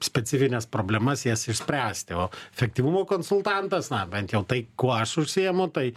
specifines problemas jas išspręsti o efektyvumo konsultantas na bent jau tai kuo aš užsiemu tai